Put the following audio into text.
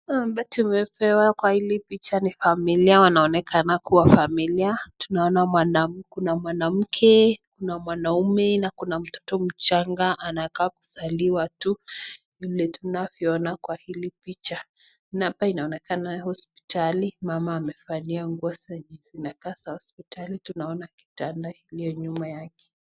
Ambao tumepewa kwa hili picha ni familia, wanaonekana kuwa familia. Tunaona kuna mwanamke, kuna mwanaume na kuna mtoto mchanga anakaa kuzaliwa tu vile tunavyoona kwa hili picha. Hapa inaonekana ni hospitali, mama amevalia nguo zenye zinakaa za hospitali. Tunaona kitanda iliyo nyuma yake.